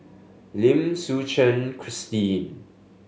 Lim Suchen Christine